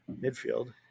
midfield